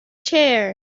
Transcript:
chair